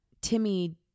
Timmy